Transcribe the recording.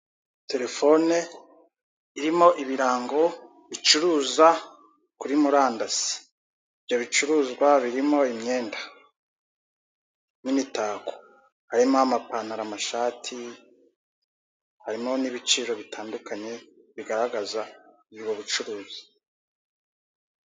Telefoni irimo ibirango bicuruza kuri murandasi; ibyo bicuruzwa birimo imyenda n'imitako, harimo amapantaro, amashati, harimo n'ibiciro bitandukanye bigaragaza ubwo bucuruzi.